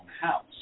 house